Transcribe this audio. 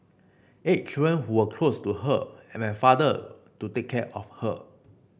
eight children who were close to her and my father to take care of her